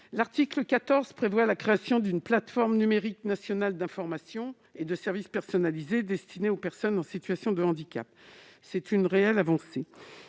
L'article 14 prévoit la création d'une plateforme numérique nationale d'information et de services personnalisés destinée aux personnes en situation de handicap. C'est une réelle avancée.